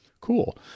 Cool